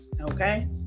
Okay